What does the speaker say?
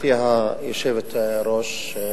גברתי היושבת-ראש,